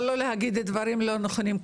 אבל לא להגיד שאלה דברים לא נכונים.